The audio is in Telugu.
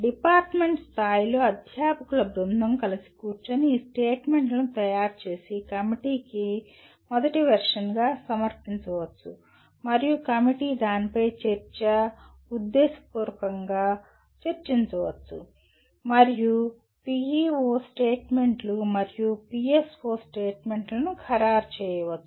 డిపార్ట్మెంట్ స్థాయిలో అధ్యాపకుల బృందం కలిసి కూర్చుని ఈ స్టేట్మెంట్లను తయారు చేసి కమిటీకి మొదటి వెర్షన్ గా సమర్పించవచ్చు మరియు కమిటీ దానిపై చర్చ ఉద్దేశపూర్వకంగా చర్చించవచ్చు మరియు PEO స్టేట్మెంట్స్ మరియు పిఎస్ఓ స్టేట్మెంట్లను ఖరారు చేయవచ్చు